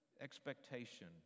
expectation